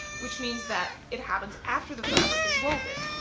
which means that it happens after the fabric is woven.